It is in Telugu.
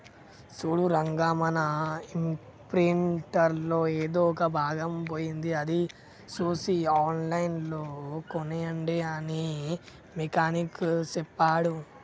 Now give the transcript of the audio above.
సూడు రంగా మన ఇంప్రింటర్ లో ఎదో ఒక భాగం పోయింది అది సూసి ఆన్లైన్ లో కోనేయండి అని మెకానిక్ సెప్పాడు